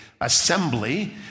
assembly